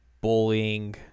bullying